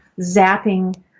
zapping